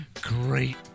great